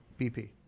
BP